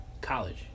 college